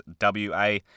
WA